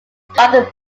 gothenburg